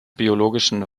biologischen